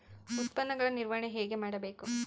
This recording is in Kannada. ಉತ್ಪನ್ನಗಳ ನಿರ್ವಹಣೆ ಹೇಗೆ ಮಾಡಬೇಕು?